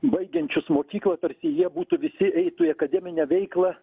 baigiančius mokyklą tarsi jie būtų visi eitų į akademinę veiklą